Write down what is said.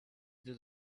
into